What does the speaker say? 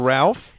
Ralph